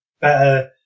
better